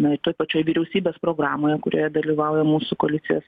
na ir toj pačioj vyriausybės programoje kurioje dalyvauja mūsų koalicijos